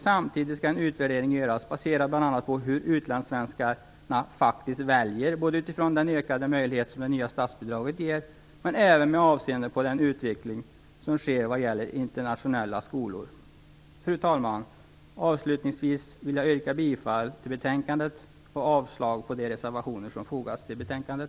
Samtidigt skall en utvärdering göras baserad bl.a. på hur utlandssvenskarna faktiskt väljer, utifrån den ökade möjlighet som det nya statsbidraget ger och även med avseende på den utveckling som sker vad gäller internationella skolor. Fru talman! Avslutningsvis yrkar jag bifall till hemställan i betänkandet samt avslag på de reservationer som fogats till betänkandet.